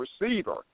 receiver